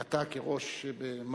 אתה כראש מערכת,